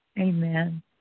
Amen